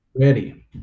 Ready